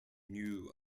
knew